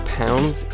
pounds